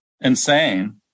insane